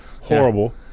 Horrible